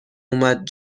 اومد